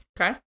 Okay